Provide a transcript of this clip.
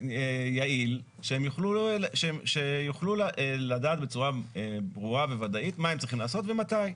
ויעיל שיוכלו לדעת בצורה ברורה וודאית מה הם צריכים לעשות ומתי.